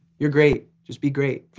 you're great. just be great,